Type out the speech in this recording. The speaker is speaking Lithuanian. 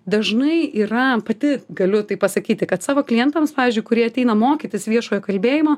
dažnai yra pati galiu tai pasakyti kad savo klientams pavyzdžiui kurie ateina mokytis viešojo kalbėjimo